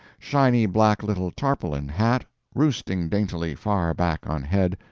shiny black little tarpaulin hat roosting daintily far back on head,